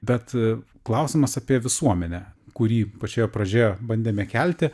bet klausimas apie visuomenę kurį pačioje pradžioje bandėme kelti